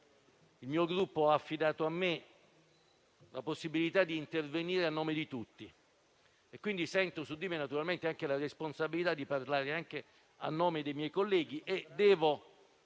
il mio Gruppo ha affidato a me la possibilità di intervenire a nome di tutti e, quindi, sento su di me naturalmente anche la responsabilità di parlare anche a nome dei miei colleghi. Per